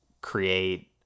create